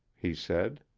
he said.